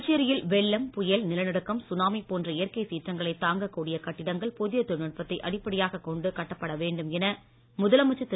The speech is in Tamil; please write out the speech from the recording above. புதுச்சேரியில் வெள்ளம் புயல் நிலநடுக்கம் சுனாமி போன்ற இயற்கை சீற்றங்களை தாங்க கூடிய கட்டிடங்கள் புதிய தொழில்நுட்பத்தை அடிப்படையாக கொண்டு கட்டப்பட வேண்டும் என முதலமைச்சர் திரு